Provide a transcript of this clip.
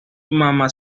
mama